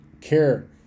care